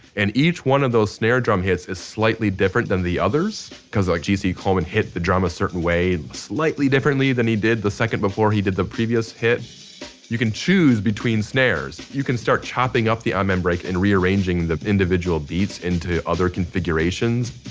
and each one of those snare drum hits is slightly different than the others, because like gc coleman hit the drum a certain way, and slightly differently than he did the second before he did the previous hit you can choose between snares. you can start chopping up the amen break and rearranging the individual beats into other configurations.